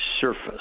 surface